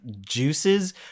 juices